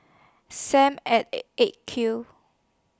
SAM At eight Q